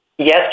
Yes